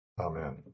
Amen